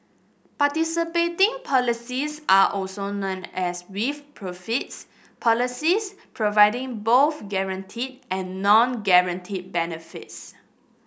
participating policies are also known as with profits policies providing both guaranteed and non guaranteed benefits